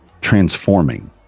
transforming